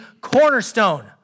cornerstone